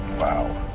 wow.